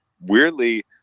weirdly